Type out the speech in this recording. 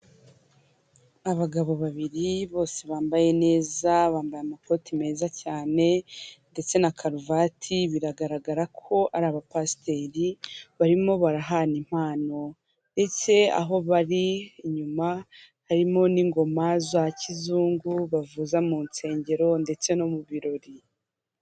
Abagabo babiri bose bambaye neza bambaye amakoti meza cyane ndetse na karuvati biragaragara ko ar' abapasiteri barimo barahana impano ndetse aho bari inyuma harimo n'ingoma za kizungu bavuza mu nsengero ndetse no mu birori.